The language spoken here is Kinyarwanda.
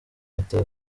ata